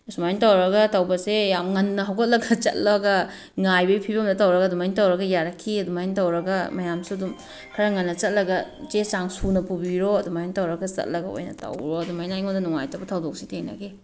ꯑꯁꯨꯃꯥꯏꯅ ꯇꯧꯔꯒ ꯇꯧꯕꯁꯦ ꯌꯥꯝ ꯉꯟꯅ ꯍꯧꯒꯠꯂꯒ ꯆꯠꯂꯒ ꯉꯥꯏꯕꯒꯤ ꯐꯤꯚꯝꯗ ꯇꯧꯔꯒ ꯗꯨꯃꯥꯏꯅ ꯇꯧꯔꯒ ꯌꯥꯔꯛꯈꯤꯑꯦ ꯑꯗꯨꯃꯥꯏꯟꯅ ꯇꯧꯔꯒ ꯃꯌꯥꯝꯁꯨ ꯑꯗꯨꯝ ꯈꯔ ꯉꯟꯅ ꯆꯠꯂꯒ ꯆꯦꯆꯥꯡ ꯁꯨꯅ ꯄꯨꯕꯤꯔꯣ ꯑꯗꯨꯃꯥꯏꯅ ꯇꯧꯔꯒ ꯆꯠꯂꯒ ꯑꯣꯏꯅ ꯇꯧꯔꯣ ꯑꯗꯨꯃꯥꯏꯅ ꯑꯩꯉꯣꯟꯗ ꯅꯨꯉꯥꯏꯇꯕ ꯊꯧꯗꯣꯛꯁꯤ ꯊꯦꯡꯅꯈꯤ